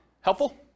Helpful